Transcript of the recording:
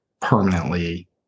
permanently